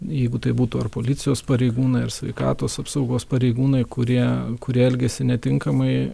jeigu tai būtų ar policijos pareigūnai ar sveikatos apsaugos pareigūnai kurie kurie elgiasi netinkamai